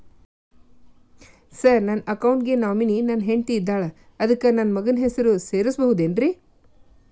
Sir ನನ್ನ account ಗೆ nominee ನನ್ನ ಹೆಂಡ್ತಿ ಇದ್ದಾಳ ಅದಕ್ಕ ನನ್ನ ಮಗನ ಹೆಸರು ಸೇರಸಬಹುದೇನ್ರಿ?